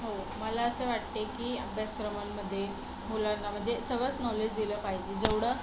हो मला असं वाटते की अभ्यासक्रमांमधे मुलांना म्हणजे सगळंच नॉलेज दिलं पाहिजे जेवढं